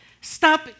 stop